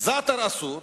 זעתר, אסור.